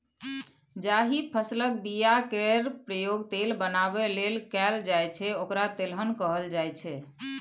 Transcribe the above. जाहि फसलक बीया केर प्रयोग तेल बनाबै लेल कएल जाइ छै ओकरा तेलहन कहल जाइ छै